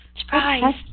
surprise